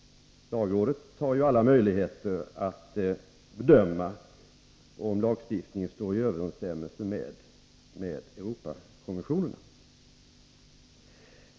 Lagrådet har ju alla möjligheter att bedöma om lagstiftningen står i överensstämmelse med Europakonventionen.